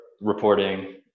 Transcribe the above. reporting